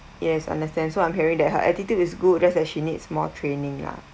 yes understand so I'm hearing that her attitude is good just that she needs more training lah